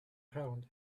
crowd